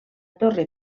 torre